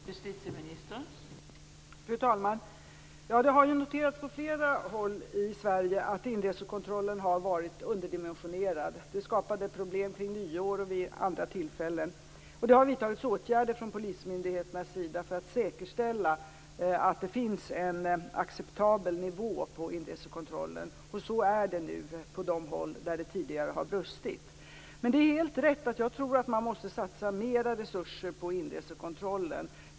Fru talman! Det har noterats på flera håll i Sverige att inresekontrollen har varit underdimensionerad. Det skapade problem kring nyår och vid andra tillfällen. Det har vidtagits åtgärder från polismyndigheternas sida för att säkerställa att det finns en acceptabel nivå på inresekontrollen. Så är det nu på de håll där det tidigare har brustit. Det är helt rätt att mer resurser måste satsas på inresekontrollen.